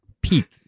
peak